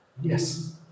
Yes